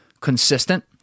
consistent